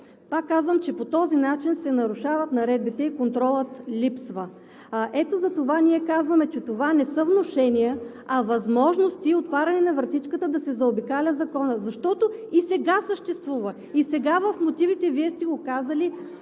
Пак казвам, че по този начин се нарушават наредбите и контролът липсва. Ето затова ние казваме, че това не са внушения, а възможности и отваряне на вратичката да се заобикаля законът. Защото и сега съществуват, и сега в мотивите Вие сте го казали,